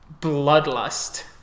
bloodlust